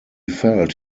felt